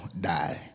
die